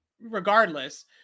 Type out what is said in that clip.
regardless